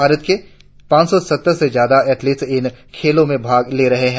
भारत के पाच सौ सत्तर से ज्यादा ेथलिक्स इन खेलो में भाग ले रहे है